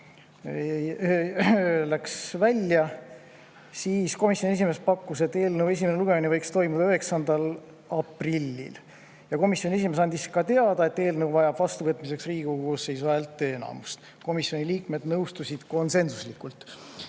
välja. Komisjoni esimees pakkus, et eelnõu esimene lugemine võiks toimuda 9. aprillil. Komisjoni esimees andis ka teada, et eelnõu vajab vastuvõtmiseks Riigikogu koosseisu häälteenamust. Komisjoni liikmed nõustusid konsensuslikult.